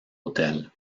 autel